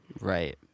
Right